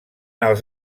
els